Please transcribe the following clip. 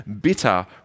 bitter